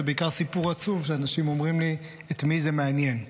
זה בעיקר סיפור עצוב שאנשים אומרים לי: את מי זה מעניין.